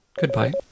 Goodbye